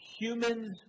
Humans